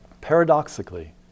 paradoxically